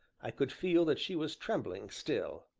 i could feel that she was trembling still.